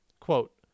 Quote